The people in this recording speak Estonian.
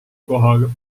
kohaga